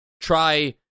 try